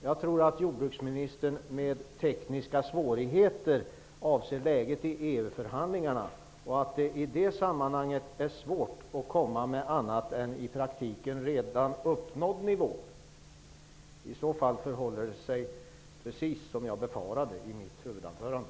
Jag tror att jordbruksministern med tekniska svårigheter avser läget i EU-förhandlingarna och att det i det sammanhanget är svårt att komma med någonting annat än den nivå som i praktiken redan är uppnådd. I så fall förhåller det sig precis som jag befarade i mitt huvudanförande.